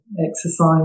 exercise